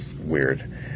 weird